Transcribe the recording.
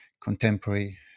contemporary